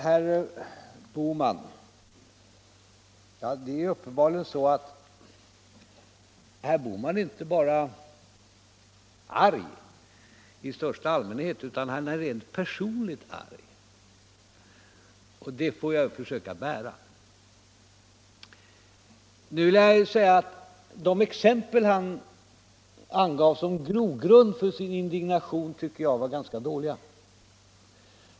Herr Bohman är uppenbarligen inte bara arg i största allmänhet utan har är rent personligt arg. Det får jag försöka bära. De exempel han angav som grogrund för sin indignation tycker jag var ganska dåliga.